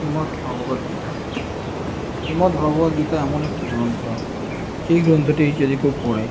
শ্রীমৎ ভগবদ্গীতা শ্রীমৎ ভগবদ্গীতা এমন একটি গ্রন্থ যেই গ্রন্থটি যদি কেউ পড়ে